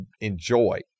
enjoy